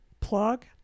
Plug